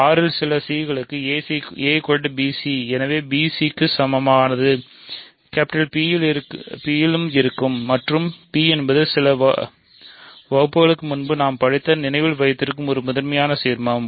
R இல் சில c க்கு abc எனவே bc க்கு சமமானது P ல் இருக்கும் மற்றும் P என்பது ஒரு சில வகுப்புகளுக்கு முன்பு நாம் படித்த நினைவில் வைத்திருக்கும் ஒரு முதன்மை சீர்மமாகும்